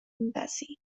embassy